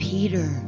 Peter